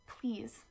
Please